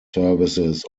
services